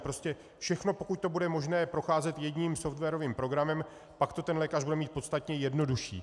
Prostě všechno, pokud to bude možné procházet jedním softwarovým programem, pak to ten lékař bude mít podstatně jednodušší.